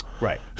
Right